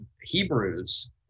Hebrews